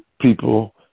people